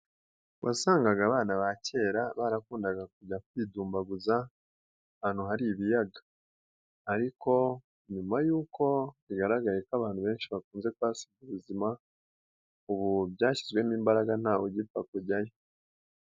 Wasangaga abana ba kera barakundaga kujya kwidumbaguza ahantu hari ibiyaga ariko nyuma y'uko bigaragaye ko abantu benshi bakunze kuhasiga ubuzima ubu byashyizwemo imbaraga nta we ugipfa kujyayo.